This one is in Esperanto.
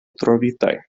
trovitaj